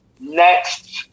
next